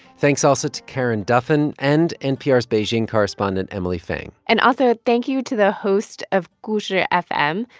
thanks also to karen duffin and npr's beijing correspondent emily feng and also, thank you to the host of gushi fm,